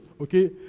Okay